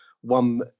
one